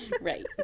Right